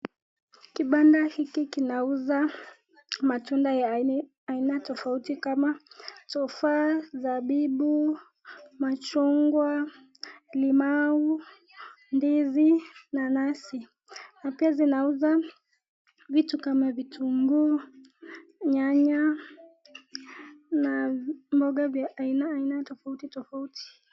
Kibanda hiki kinauza matunda ya aina tofauti kama tofaha, zabibu, machungwa, limau, ndizi, nanasi na pia zinauza vitu kama vitunguu, nyanya na mboga vya aina aina tofauti tofauti.